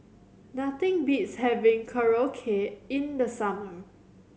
nothing beats having Korokke in the summer